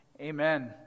amen